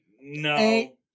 No